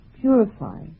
purify